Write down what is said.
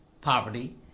poverty